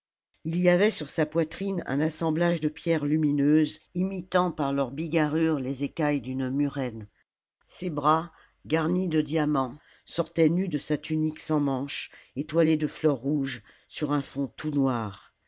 ii y avait sur sa poitrine un assemblage de pierres lumineuses imitant par leur bigarrure les écailles d'une murène ses bras garnis de diamants sortaient nus de sa tunique sans manches étoilée de fleurs rouges sur un fond tout noir